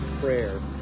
prayer